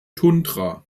tundra